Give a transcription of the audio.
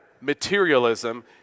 materialism